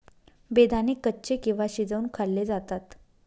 बेदाणे कच्चे किंवा शिजवुन खाल्ले जातात